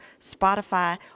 spotify